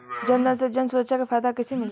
जनधन से जन सुरक्षा के फायदा कैसे मिली?